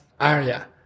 area